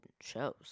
shows